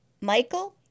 Michael